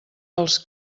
dels